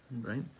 right